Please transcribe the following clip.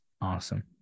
Awesome